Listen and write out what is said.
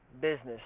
business